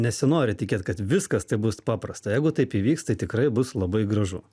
nesinori tikėt kad viskas tai bus paprasta jeigu taip įvyks tai tikrai bus labai gražu